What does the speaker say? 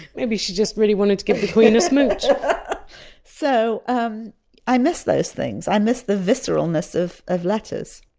maybe she just really wanted to give the queen a smooch so um i miss those things. i miss the visceralness of of letters.